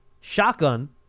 Shotgun